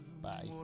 Bye